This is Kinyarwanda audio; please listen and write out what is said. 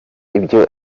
ibyo